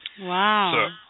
wow